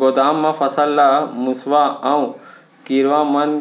गोदाम मा फसल ला मुसवा अऊ कीरवा मन